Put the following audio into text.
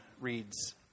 reads